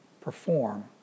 perform